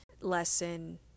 lesson